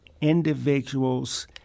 individuals